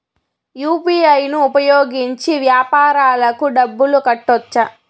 UPI ను ఉపయోగించి వ్యాపారాలకు డబ్బులు కట్టొచ్చా?